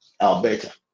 alberta